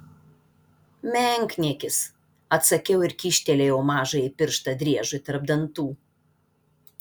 menkniekis atsakiau ir kyštelėjau mažąjį pirštą driežui tarp dantų